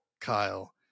Kyle